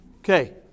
Okay